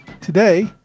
Today